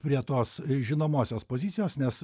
prie tos žinomosios pozicijos nes